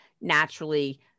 naturally